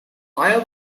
maya